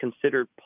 considered